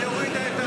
היא הורידה את,